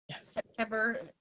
September